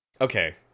Okay